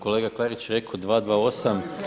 Kolega Klarić je rekao 228.